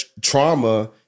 trauma